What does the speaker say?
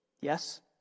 Yes